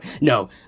no